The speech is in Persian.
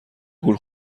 گول